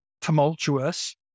tumultuous